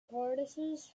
tortoises